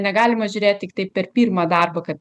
negalima žiūrėt tiktai per pirmą darbą kad